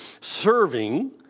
serving